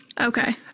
Okay